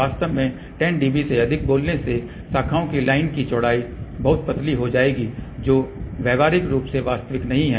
वास्तव में 10 dB से अधिक बोलने से शाखाओं की लाइन की चौड़ाई बहुत पतली हो जाएगी जो व्यावहारिक रूप से वास्तविक नहीं हैं